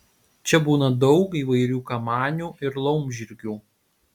čia būna daug įvairių kamanių ir laumžirgių